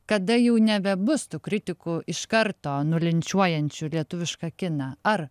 kada jau nebebus tų kritikų iš karto nulinčiuojančių lietuvišką kiną ar